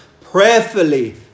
prayerfully